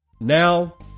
Now